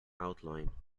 outline